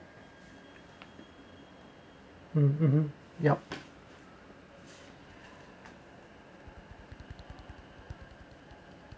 mm mm yup